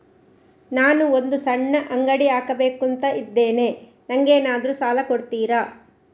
ನಾನು ಒಂದು ಸಣ್ಣ ಅಂಗಡಿ ಹಾಕಬೇಕುಂತ ಇದ್ದೇನೆ ನಂಗೇನಾದ್ರು ಸಾಲ ಕೊಡ್ತೀರಾ?